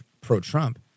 pro-Trump